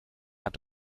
hat